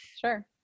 Sure